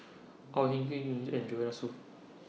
Au Hing Yee and Joanne Soo